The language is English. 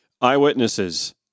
Eyewitnesses